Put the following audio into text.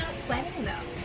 sweating though